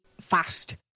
fast